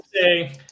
say